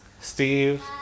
Steve